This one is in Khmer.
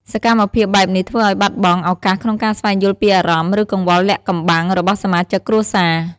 សកម្មភាពបែបនេះធ្វើអោយបាត់បង់ ឱកាសក្នុងការស្វែងយល់ពីអារម្មណ៍ ឬកង្វល់លាក់កំបាំងរបស់សមាជិកគ្រួសារ។